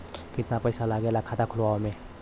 कितना पैसा लागेला खाता खोलवावे में?